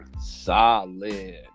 Solid